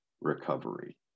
recovery